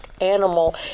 animal